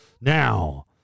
Now